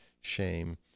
shame